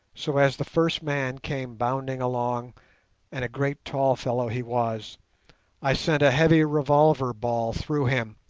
so as the first man came bounding along and a great tall fellow he was i sent a heavy revolver ball through him,